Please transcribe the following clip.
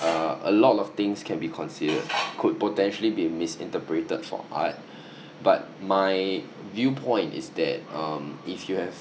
uh a lot of things can be considered could potentially be misinterpreted for art but my viewpoint is that um if you have